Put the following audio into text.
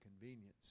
convenience